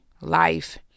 life